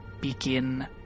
begin